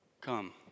come